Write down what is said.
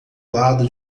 lado